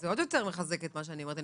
אז זה עוד יותר מחזק את מה שאני אומרת.